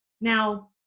Now